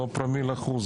לא פרומיל אחוז,